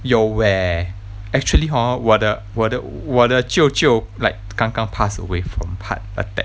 有 eh actually hor 我的我的我的舅舅 like 刚刚 pass away from heart attack